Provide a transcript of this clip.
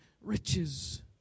riches